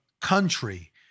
country